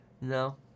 no